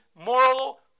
moral